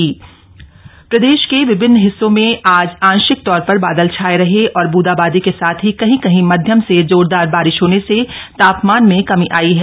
मौसम प्रदेश के विभिन्न हिस्सों में आज आंशिक तौर पर बादल छाये रहे और ब्रंदा बांदी के साथ ही कहीं कहीं मध्यम से जोरदार बारिश होने से तापमान में कमी आयी है